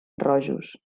rojos